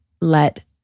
let